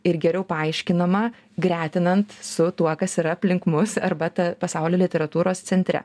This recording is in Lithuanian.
ir geriau paaiškinama gretinant su tuo kas yra aplink mus arba ta pasaulio literatūros centre